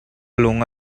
lung